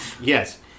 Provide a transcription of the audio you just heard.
Yes